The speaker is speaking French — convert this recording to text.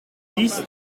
dix